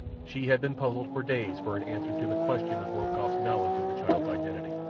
she had been puzzled for days for an answer to the question of rokoff's knowledge of the child's identity.